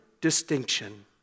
distinction